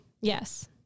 Yes